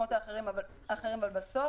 ממקומות אחרים, אבל בסוף